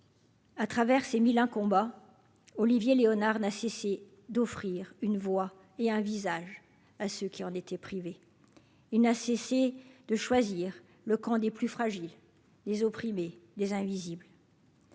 à travers ces mille un combat Olivier Léonard n'a cessé d'offrir une voix et un visage à ceux qui en étaient privés, il n'a cessé de choisir le camp des plus fragiles, les opprimés des invisibles.